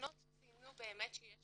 בתחנות ציינו שיש